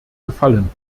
gefallen